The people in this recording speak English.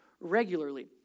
regularly